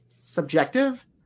subjective